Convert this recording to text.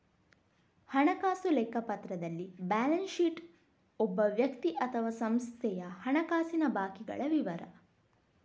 ಹಣಕಾಸು ಲೆಕ್ಕಪತ್ರದಲ್ಲಿ balance sheet ಒಬ್ಬ ವ್ಯಕ್ತಿ ಅಥವಾ ಸಂಸ್ಥೆಯ ಹಣಕಾಸಿನ ಬಾಕಿಗಳ ವಿವರ